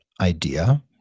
idea